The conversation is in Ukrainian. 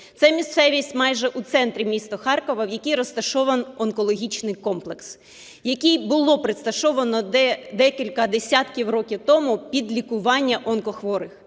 Це місцевість майже у центрі міста Харкова, в якій розташований онкологічний комплекс, який було розташовано декілька десятків років тому під лікування онкохворих.